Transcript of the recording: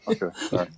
Okay